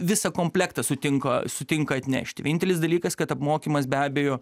visą komplektą sutinka sutinka atnešti vienintelis dalykas kad apmokymas be abejo